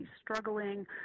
struggling